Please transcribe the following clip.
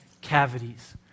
cavities